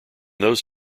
those